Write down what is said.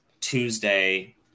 Tuesday